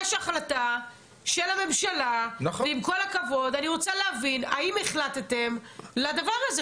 יש החלטה של הממשלה ואני רוצה להבין האם החלטתם על הדבר הזה,